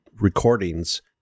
recordings